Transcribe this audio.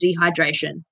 dehydration